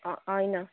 ह होइन